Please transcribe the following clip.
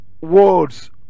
words